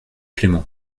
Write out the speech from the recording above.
clément